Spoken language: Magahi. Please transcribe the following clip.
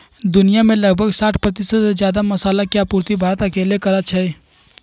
दुनिया में लगभग साठ परतिशत से जादा मसाला के आपूर्ति भारत अकेले करई छई